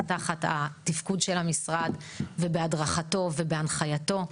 זה תחת התפקוד של המשרד ובהדרכתו ובהנחייתו.